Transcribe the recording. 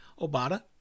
Obata